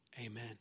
amen